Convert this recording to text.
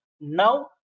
Now